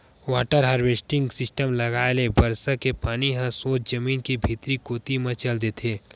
water harvesting system लगाए ले बरसा के पानी ह सोझ जमीन के भीतरी कोती म चल देथे